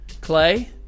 Clay